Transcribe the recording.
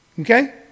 Okay